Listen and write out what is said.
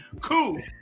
Cool